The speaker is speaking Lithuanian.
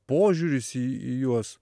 požiūris į į juos